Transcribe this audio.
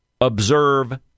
observe